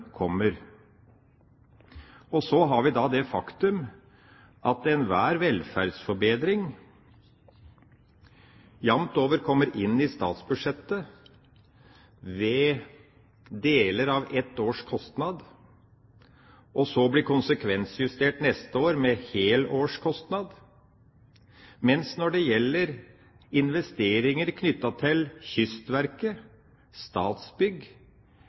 Så har vi det faktum at enhver velferdsforbedring jamt over kommer inn i statsbudsjettet ved deler av et års kostnad, og blir så konsekvensjustert neste år med helårskostnad, men når det gjelder investeringer knyttet til Kystverket, Statsbygg,